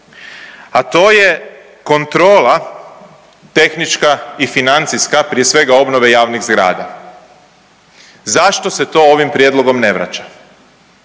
a to je kontrola tehnička i financijska prije svega javnih zgrada. Zašto se to ovim prijedlogom ne vraća?